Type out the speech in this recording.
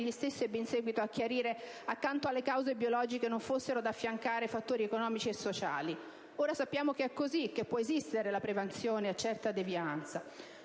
stesso ebbe in seguito a chiarire, accanto alle cause biologiche non fossero da affiancare fattori economici e sociali. Ora sappiamo che è così, che può esistere la prevenzione a certa devianza.